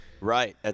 Right